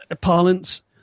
parlance